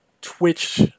Twitch